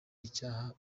icyaha